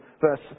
verse